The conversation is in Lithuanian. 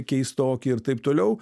keistoki ir taip toliau